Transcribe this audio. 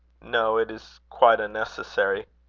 no it is quite unnecessary.